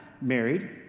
married